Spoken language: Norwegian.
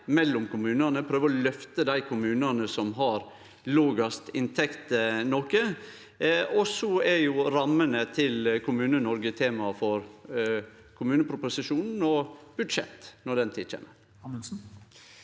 mellom kommunane og prøve å løfte dei kommunane som har lågast inntekter, noko. Rammene til Kommune-Noreg er tema for kommuneproposisjonen og budsjettet, når den tid kjem.